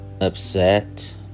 upset